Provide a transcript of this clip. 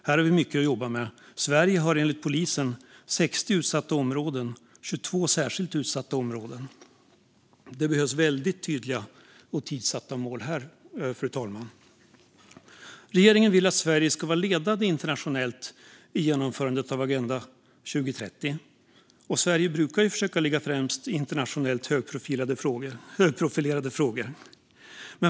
Här har vi mycket att jobba med. Sverige har enligt polisen 60 utsatta områden och 22 särskilt utsatta områden. Här behövs väldigt tydliga och tidssatta mål, fru talman. Regeringen vill att Sverige ska vara internationellt ledande igenomförandet av Agenda 2030. Sverige brukar ju försöka ligga främst i internationellt högprofilerade frågor.